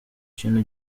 ikintu